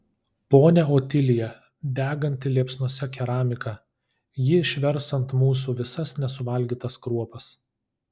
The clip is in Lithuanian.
ponia otilija deganti liepsnose keramika ji išvers ant mūsų visas nesuvalgytas kruopas